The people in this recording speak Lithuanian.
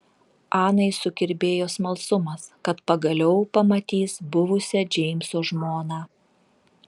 anai sukirbėjo smalsumas kad pagaliau pamatys buvusią džeimso žmoną